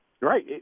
Right